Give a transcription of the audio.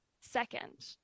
Second